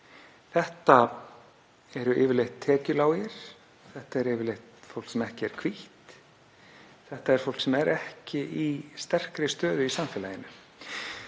Þetta eru yfirleitt tekjulágir, þetta er yfirleitt fólk sem ekki er hvítt, þetta er fólk sem er ekki í sterkri stöðu í samfélaginu.